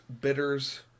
bitters